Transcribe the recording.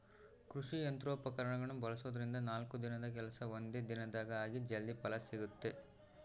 ಕೃಷಿ ಯಂತ್ರೋಪಕರಣಗಳನ್ನ ಬಳಸೋದ್ರಿಂದ ನಾಲ್ಕು ದಿನದ ಕೆಲ್ಸ ಒಂದೇ ದಿನದಾಗ ಆಗಿ ಜಲ್ದಿ ಫಲ ಸಿಗುತ್ತೆ